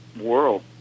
world